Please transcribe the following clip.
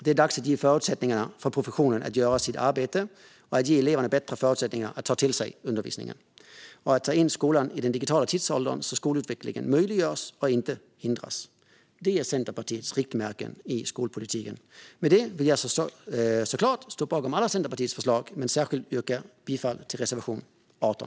Det är dags att ge förutsättningarna för professionen att göra sitt arbete och att ge eleverna bättre förutsättningar att ta till sig undervisningen och att ta in skolan i den digitala tidsåldern så skolutvecklingen möjliggörs och inte hindras. Det är Centerpartiets riktmärke i skolpolitiken. Jag står såklart bakom Centerpartiets alla förslag, men jag yrkar bifall till reservation 18.